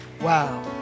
Wow